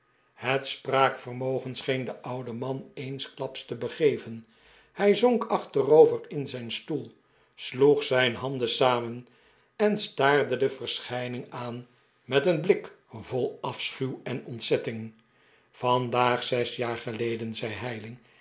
het spraakvermogen scheen den ouden man eensklaps te begeven hij zonk achterover in zijn stoel sloeg zijn handen samen en staarde de verschijning aan met een blik vol afschuw en ontzetting vandaag zes jaar geleden zei heyling